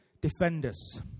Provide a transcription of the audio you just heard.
defenders